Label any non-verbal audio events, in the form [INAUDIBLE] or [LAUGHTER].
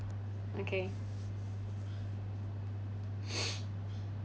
okay [NOISE]